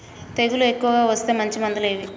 తెగులు ఎక్కువగా వస్తే మంచి మందులు ఏవి?